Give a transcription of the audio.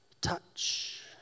Touch